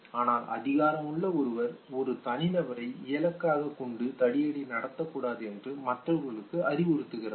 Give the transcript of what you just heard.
ஆனால் அதிகாரமுள்ள ஒருவர் ஒரு தனிநபரை இலக்காகக் கொண்டு தடியடி நடத்த கூடாது என்று மற்றவர்களுக்கு அறிவுறுத்துகிறார்